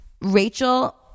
rachel